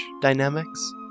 dynamics